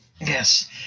Yes